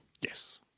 Yes